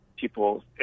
People